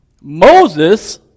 Moses